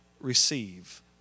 receive